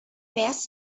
vast